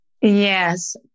Yes